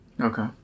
Okay